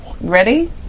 Ready